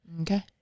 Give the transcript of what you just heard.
okay